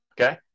Okay